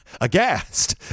aghast